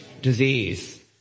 disease